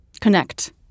connect